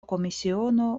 komisiono